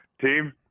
team